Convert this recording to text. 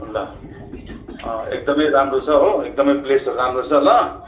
ल एकदमै राम्रो छ हो एकदमै प्लेसहरू राम्रो छ ल